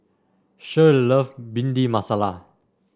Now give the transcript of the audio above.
Shirl love Bhindi Masala